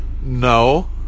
No